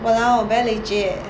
!walao! very leceh leh